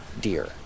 deer